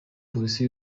polisi